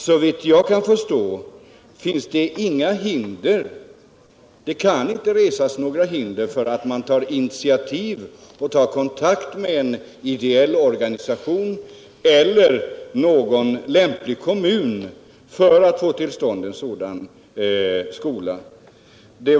Såvitt jag kan förstå kan det inte resas några hinder mot att regeringen tar kontakt med en ideell organisation eller någon lämplig kommun för att få till stånd en sådan skola.